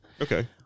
okay